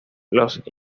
los